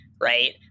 Right